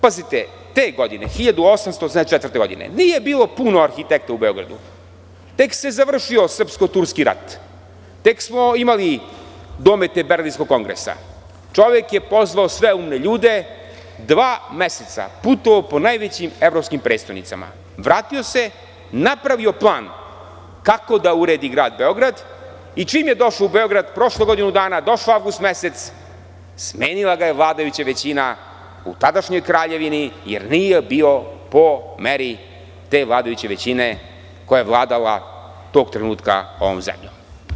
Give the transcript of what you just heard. Pazite, te godine 1884, nije bilo puno arhitekti u Beogradu, tek se završio srpsko-turski rat, tek smo imali domete Berlinskog kongresa, čovek je pozvao sve umne ljude, dva meseca putovao po najvećim evropskim prestonicama, vratio se, napravio plan kako da uredi grad Beograd i čim je došao u Beograd, prošlo je godinu dana, došao avgust mesec, smenila ga je vladajuća većina u tadašnjoj kraljevini, jer nije bio po meri te vladajuće većine koja je vladala tog trenutka ovom zemljom.